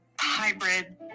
hybrid